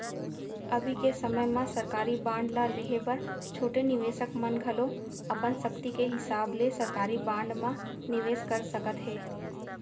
अभी के समे म सरकारी बांड ल लेहे बर छोटे निवेसक मन घलौ अपन सक्ति के हिसाब ले सरकारी बांड म निवेस कर सकत हें